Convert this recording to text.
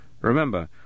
Remember